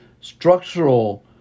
structural